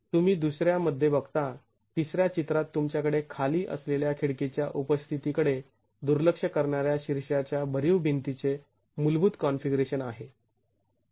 तर तुम्ही दुसऱ्या मध्ये बघता तिसर्या चित्रात तुमच्याकडे खाली असलेल्या खिडकीच्या उपस्थिती कडे दुर्लक्ष करणाऱ्या शीर्षाच्या भरीव भिंतीचे मूलभूत कॉन्फिगरेशन आहे